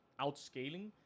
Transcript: outscaling